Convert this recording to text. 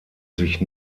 sich